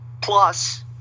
plus